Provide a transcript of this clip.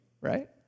right